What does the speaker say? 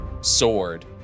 sword